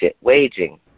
waging